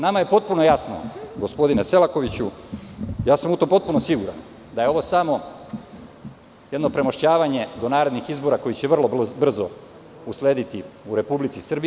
Nama je potpuno jasno, gospodine Selakoviću, ja sam u to potpuno siguran da je ovo samo jedno premošćavanje, do narednih izbora, koji će vrlo brzo uslediti u Republici Srbiji.